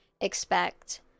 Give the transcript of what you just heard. expect